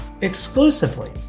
exclusively